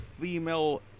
female